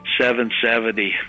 770